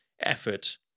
effort